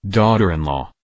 daughter-in-law